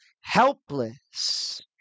helpless